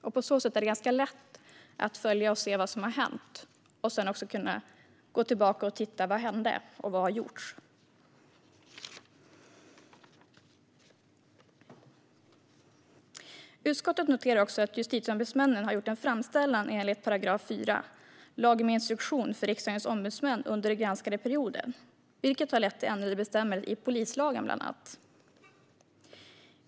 På så sätt är det ganska lätt att följa och gå tillbaka och se vad som har hänt och vad som har gjorts. Utskottet noterar att justitieombudsmännen har gjort en framställning enligt 4 § lagen med instruktion för Riksdagens ombudsmän under den granskade perioden, vilken har lett till ändrade bestämmelser i polislagen, bland annat.